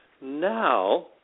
now